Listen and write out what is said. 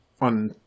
On